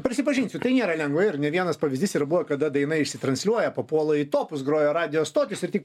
prisipažinsiu tai nėra lengva ir ne vienas pavyzdys ir buvo kada daina išsitransliuoja papuola į topus groja radijo stotys ir tik